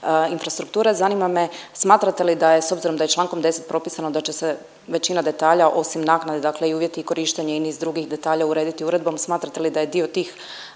infrastrukture. Zanima me, smatrate li da je s obzirom da je čl. 10 propisano da će se većina detalja osim naknade, dakle i uvjeti i korištenje i niz drugih detalja urediti uredbom, smatrate li da je dio tih